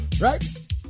Right